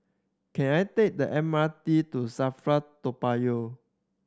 can I take the M R T to SAFRA Toa Payoh